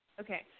Okay